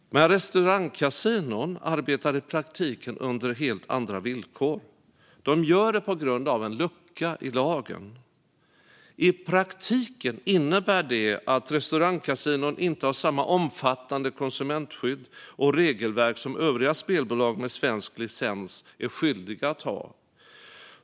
Men restaurangkasinon arbetar i praktiken under helt andra villkor. De gör det på grund av en lucka i lagen. I praktiken innebär det att restaurangkasinon inte har samma omfattande konsumentskydd och regelverk som övriga spelbolag med svensk licens är skyldiga att ha.